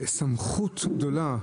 סמכות גדולה.